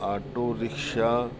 auto rickshaw